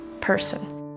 person